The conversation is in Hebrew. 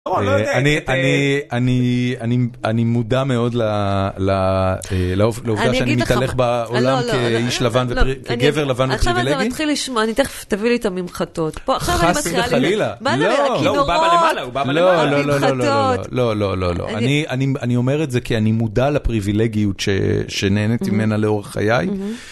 - אני לא יודע. - אני, אני מודע מאוד לעובדה שאני מתהלך בעולם כאיש לבן ו.. כגבר לבן ופריווילגי. - עכשיו אתה מתחיל לשמוע, תיכף תביא לי את הממחטות. - חס וחלילה! לא, - הוא בא בלמעלה, הוא בא בלמעלה. - לא, לא, לא, לא. אני אומר את זה כי אני מודה לפריווילגיות שנהנתי ממנה לאורך חיי.